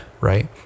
right